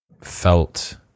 felt